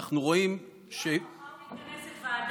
יואב, מחר מתכנסת ועדה בנושא הזה.